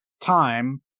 time